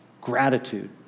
gratitude